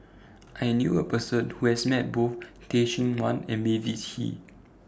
I knew A Person Who has Met Both Teh Cheang Wan and Mavis Hee